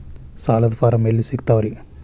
ಸಾಲದ ಫಾರಂ ಎಲ್ಲಿ ಸಿಕ್ತಾವ್ರಿ?